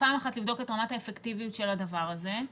פעם אחת, לבדוק את רמת האפקטיביות של הדבר הזה,